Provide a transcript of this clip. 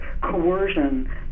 coercion